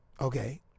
Okay